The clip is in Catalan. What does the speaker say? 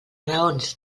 raons